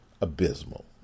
abysmal